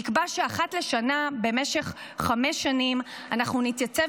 נקבע שאחת לשנה במשך חמש שנים אנחנו נתייצב